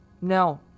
No